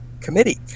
committee